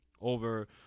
over